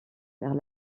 vers